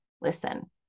listen